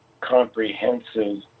comprehensive